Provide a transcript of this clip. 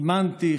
אימנתי,